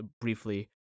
briefly